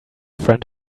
friend